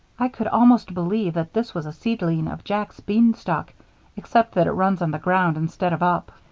i could almost believe that this was a seedling of jack's beanstalk except that it runs on the ground instead of up.